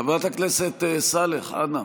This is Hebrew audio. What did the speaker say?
חברת הכנסת סאלח, אנא.